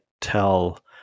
tell